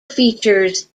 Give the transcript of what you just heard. features